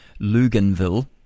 Luganville